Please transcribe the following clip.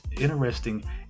interesting